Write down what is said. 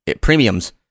premiums